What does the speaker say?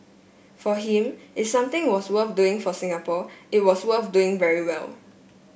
for him if something was worth doing for Singapore it was worth doing very well